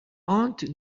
aunt